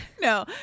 No